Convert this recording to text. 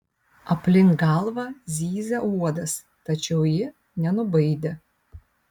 aplink galvą zyzė uodas tačiau ji nenubaidė